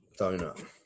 Donut